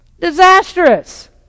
Disastrous